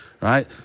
right